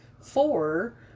four